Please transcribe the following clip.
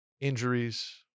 injuries